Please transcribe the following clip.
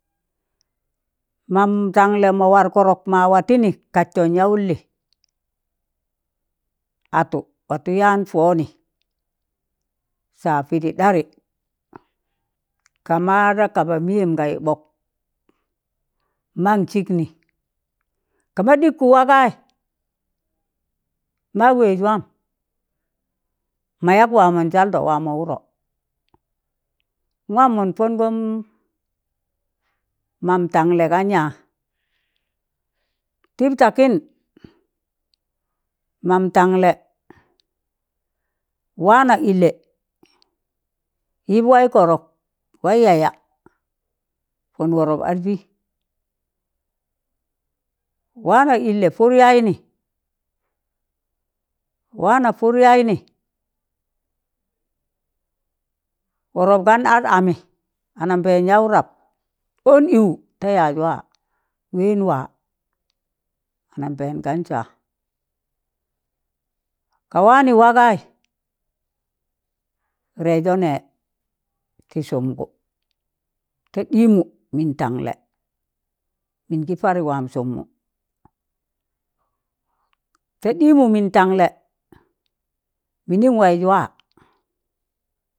Mam tanlẹ ma war kọrọk ma watịnị, kaztọn yawụlị atụ watụ yaan pọnị sa, pịdị ɗarị ka ma da kaba miyẹm ga yịbọk man sịk nị, kama ɗịgkụ wagai,̣ ma wẹz wam ma yak wamọnjaldọ, wamọ wụrọ, nwaam mọn pọngọm mam tanlẹ gan ya tịp takịn, mam tanlẹ wana ịllẹ, yịp waị kọrọk waị yaya, pọn wọrọp adpị, wana ịllẹ par yaịnị, waana pụr yaịnị, wọrọp gan ad ammị, anambẹẹn yaụ rab, on ịwụ ta yaz wa wẹn waa, anambẹẹn gan sa ka wanị wagaị rẹịzọ nẹ tị sụmgụ, ta ɗịmụ mịn tanlẹ, mịngị pari waam sụmwụ ta ɗịmụ mịn tanlẹ mịnịn waịz wa.